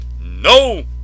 no